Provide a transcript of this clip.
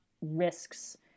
risks